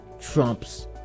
trumps